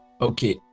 Okay